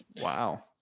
Wow